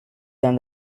than